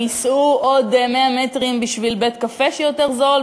הם ייסעו עוד 100 מטרים בשביל בית-קפה יותר זול,